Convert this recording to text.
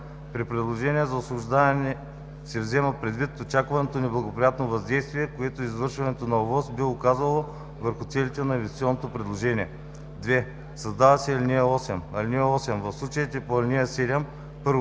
При предложението за освобождаване се взема предвид очакваното неблагоприятно въздействие, което извършването на ОВОС би оказало върху целите на инвестиционното предложение.“ 2. Създава се ал. 8: „(8) В случаите по ал. 7: 1.